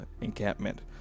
encampment